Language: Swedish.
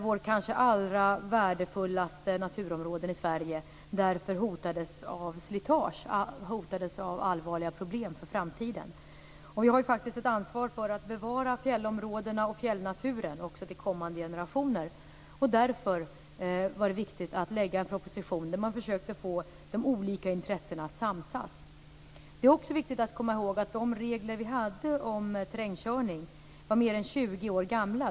Våra kanske allra värdefullaste naturområden i Sverige hotades därför av slitage och av allvarliga problem för framtiden. Vi har faktiskt ett ansvar för att bevara fjällområdena och fjällnaturen också till kommande generationer. Därför var det viktigt att lägga fram en proposition där man försökte få de olika intressena att samsas. Det är också viktigt att komma ihåg att de regler som vi hade om terrängkörning var mer än 20 år gamla.